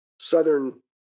Southern